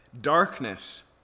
darkness